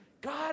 God